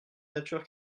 nature